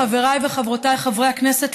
חבריי וחברותיי חברי הכנסת,